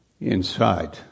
inside